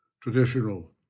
traditional